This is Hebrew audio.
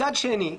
מצד שני,